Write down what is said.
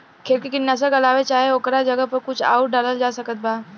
खेत मे कीटनाशक के अलावे चाहे ओकरा जगह पर कुछ आउर डालल जा सकत बा?